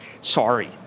sorry